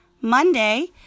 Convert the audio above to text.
Monday